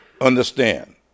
understand